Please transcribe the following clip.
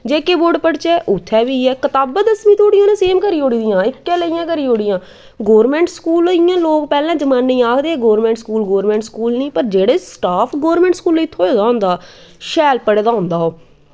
जे के बोर्ड पढ़चै उत्थै बी इयां कताबां दसमीं धोड़ी इनें सेम करी ओड़ी दियां इक्कै जेहियां करी ओड़ियां गौरमैंट स्कूल इयां लोग पैह्लैं जमाने आखदे हे गौरमैंट स्कूल गौरमैंट स्कूल नी पर जेह्ड़े स्टॉफ गौरमैंट स्कूलें थ्होए दा होंदा शैल पढ़े हा होंदा ओह्